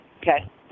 Okay